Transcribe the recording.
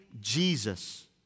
Jesus